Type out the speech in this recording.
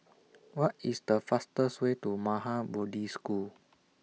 What IS The fastest Way to Maha Bodhi School